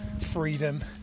freedom